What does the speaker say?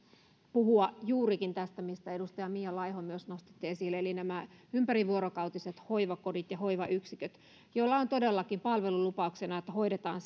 puhua juurikin tästä minkä edustaja mia laiho myös nostitte esille eli ympärivuorokautiset hoivakodit ja hoivayksiköt joilla on todellakin palvelulupauksena että hoidetaan